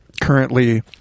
currently